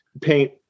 paint